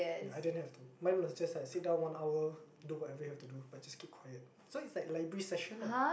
ya I don't have to mine was just like sit down one hour do whatever you have to do but just keep quiet so it's like library session lah